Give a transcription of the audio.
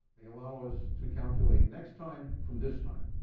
they allow us to calculate next time from this time